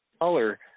Color